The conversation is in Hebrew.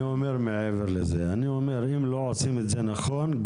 אני אומר מעבר לזה אם לא עושים את זה נכון,